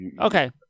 Okay